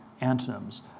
antonyms